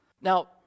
Now